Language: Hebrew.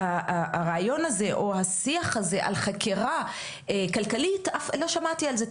הרעיון הזה או השיח הזה על חקירה כלכלית לא שמעתי על זה.